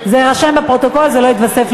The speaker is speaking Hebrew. טלוויזיה חינוכית,